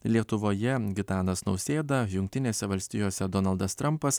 lietuvoje gitanas nausėda jungtinėse valstijose donaldas trampas